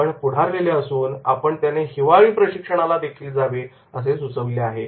आपण पुढारलेले असून आपण त्याने हिवाळी प्रशिक्षणालादेखील जावे असे सुचवले आहे